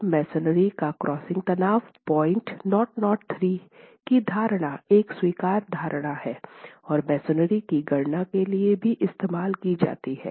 तो मसोनरी का क्रशिंग तनाव 0003 की धारणा एक स्वीकार्य धारणा हैं और मसोनरी में गणना के लिए भी इस्तेमाल की जाती हैं